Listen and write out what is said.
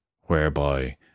whereby